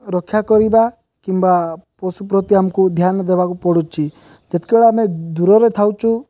ରକ୍ଷା କରିବା କିମ୍ବା ପଶୁ ପ୍ରତି ଆମକୁ ଧ୍ୟାନ ଦେବାକୁ ପଡ଼ୁଛି ଯେତେବେଳେ ଆମେ ଦୂରରେ ଥାଉଛୁ